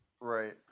Right